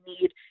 need